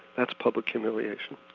that's public humiliation.